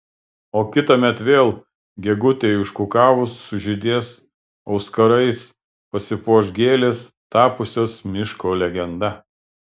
o kitąmet vėl gegutei užkukavus sužydės auskarais pasipuoš gėlės tapusios miško legenda